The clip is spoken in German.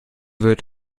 wird